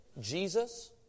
Jesus